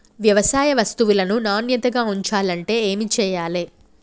వ్యవసాయ వస్తువులను నాణ్యతగా ఉంచాలంటే ఏమి చెయ్యాలే?